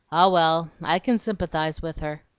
ah, well, i can sympathize with her!